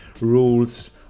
rules